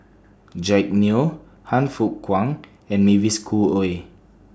Jack Neo Han Fook Kwang and Mavis Khoo Oei